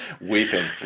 Weeping